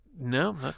No